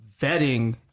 vetting